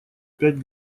пять